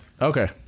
Okay